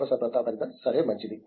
professor Pratap Haridas sir మంచిది